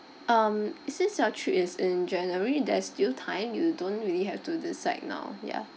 um since your trip is in january there's still time you don't really have to decide now ya